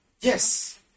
Yes